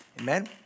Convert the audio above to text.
Amen